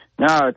No